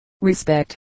Respect